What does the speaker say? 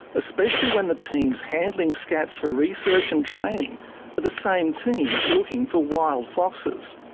especially when the teams handling scats for research and training are the same teams looking for wild foxes.